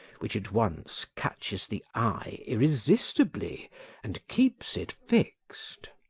which at once catches the eye irresistibly and keeps it fixed.